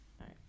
right